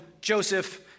Joseph